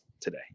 today